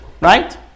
right